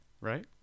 Right